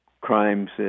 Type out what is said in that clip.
crimes